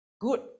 good